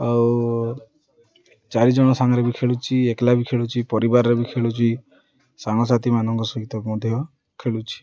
ଆଉ ଚାରିଜଣ ସାଙ୍ଗରେ ବି ଖେଳୁଛି ଏକଲା ବି ଖେଳୁଛି ପରିବାରରେ ବି ଖେଳୁଛି ସାଙ୍ଗସାଥିମାନଙ୍କ ସହିତ ମଧ୍ୟ ଖେଳୁଛି